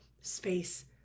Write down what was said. space